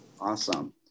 awesome